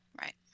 Right